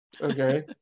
okay